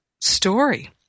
story